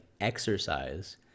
exercise